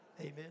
Amen